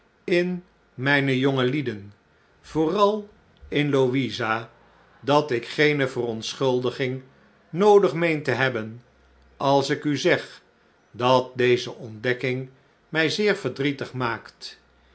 in mijne jongelieden vooral in louisa dat ik geene verontschuldiging noodig meen te hebben als ik u zeg dat deze ontdekking mij zeer verdrietig maakt